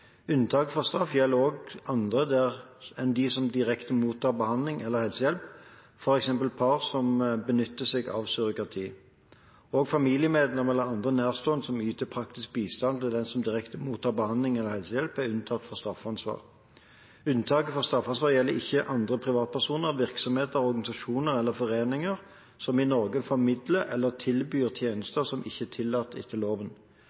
fra straff gjelder også andre enn dem som direkte mottar behandling eller helsehjelp, f.eks. par som benytter seg av surrogati. Også familiemedlemmer eller andre nærstående som yter praktisk bistand til den som direkte mottar behandling eller helsehjelp, er unntatt fra straffansvar. Unntaket fra straffansvar gjelder ikke andre privatpersoner, virksomheter, organisasjoner eller foreninger som i Norge formidler eller tilbyr tjenester som ikke er tillatt etter loven.